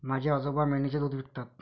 माझे आजोबा मेंढीचे दूध विकतात